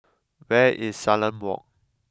where is Salam Walk